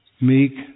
Meek